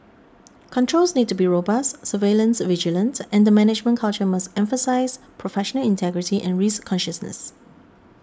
controls need to be robust surveillance vigilant and the management culture must emphasise professional integrity and risk consciousness